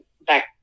Back